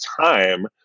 time